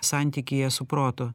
santykyje su protu